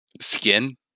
Skin